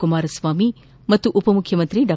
ಕುಮಾರಸ್ವಾಮಿ ಹಾಗೂ ಉಪಮುಖ್ಯಮಂತ್ರಿ ಡಾ